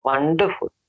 Wonderful